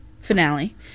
finale